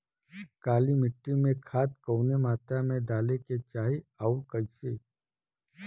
काली मिट्टी में खाद कवने मात्रा में डाले के चाही अउर कइसे?